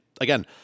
again